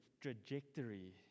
trajectory